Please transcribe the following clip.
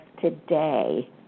today